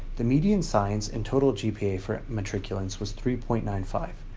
the median science and total gpa for matriculants was three point nine five,